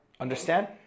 Understand